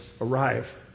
arrive